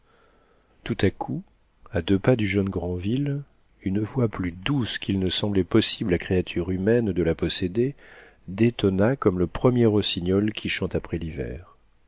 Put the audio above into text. tout à coup à deux pas du jeune granville une voix plus douce qu'il ne semblait possible à créature humaine de la posséder détonna comme le premier rossignol qui chante après l'hiver